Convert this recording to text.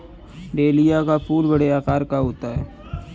dahlia का फूल बड़े आकार का होता है